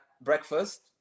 breakfast